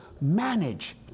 manage